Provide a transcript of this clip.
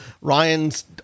Ryan's